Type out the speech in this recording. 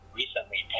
recently